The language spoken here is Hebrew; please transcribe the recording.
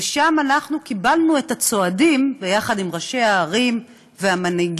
ושם אנחנו קיבלנו את הצועדים יחד עם ראשי הערים והמנהיגים,